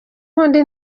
ubundi